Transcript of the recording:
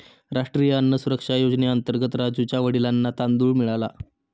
राष्ट्रीय अन्न सुरक्षा योजनेअंतर्गत राजुच्या वडिलांना तांदूळ मिळाला